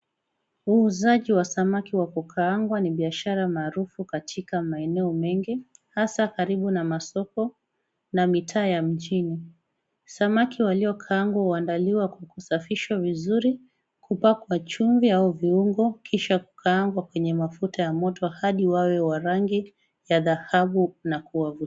Uuzaji wa samaki wa kukaangwa ni biashara maarufu katika maeneno mengi hasa karibu na masoko na mitaa ya mjini. Samaki waliokaangwa huandaliwa kwa kusafishwa vizuri, kupakwa chumvi au viungo kisha kukaangwa kwenye mafuta ya moto hadi wawe wa rangi ya dhahabu na kuiwavutia.